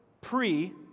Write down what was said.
Pre